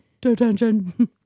Detention